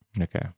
Okay